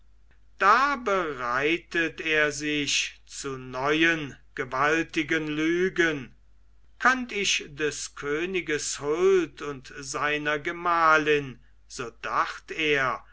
da bereitet er sich zu neuen gewaltigen lügen könnt ich des königes huld und seiner gemahlin so dacht er